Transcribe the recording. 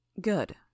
Good